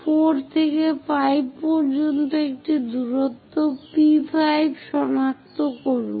4 থেকে 5 পর্যন্ত একটি দূরত্ব P5 সনাক্ত করুন